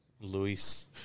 Luis